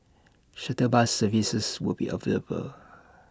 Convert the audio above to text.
shuttle bus services will be available